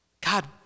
God